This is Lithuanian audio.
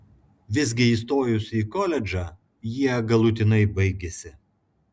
visgi įstojus į koledžą jie galutinai baigėsi